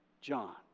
John